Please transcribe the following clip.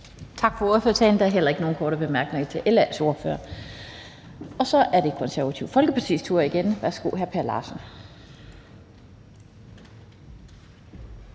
Tak for ordførertalen. Der er heller ikke nogen korte bemærkninger til LA's ordfører. Så er det Det Konservative Folkepartis tur. Værsgo til hr. Per Larsen.